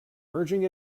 urging